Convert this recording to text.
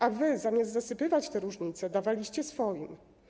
A wy, zamiast zasypywać te różnice, dawaliście swoim.